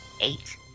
Eight